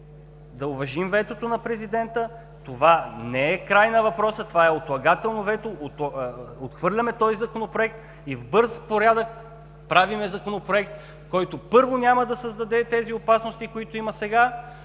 да уважим ветото на президента. Това не е край на въпроса, това е отлагателно вето – отхвърляме този Законопроект и в бърз порядък правим законопроект, който, първо, няма да създаде тези опасности, които има сега,